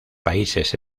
países